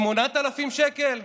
8,000 שקל?